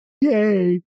Yay